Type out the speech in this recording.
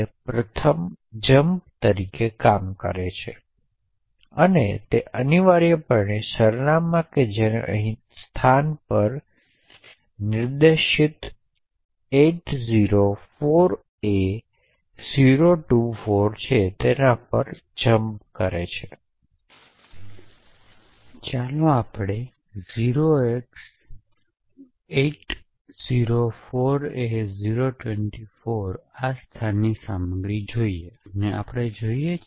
તેથી આ મૂલ્ય વિક્ષેપો અને સંદર્ભ પાસાઓ જેવા અન્ય પાસાઓને કારણે મોટાભાગના અવાજને ફિલ્ટર કરવા માટે પૂરતું હોવું જોઈએ